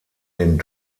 den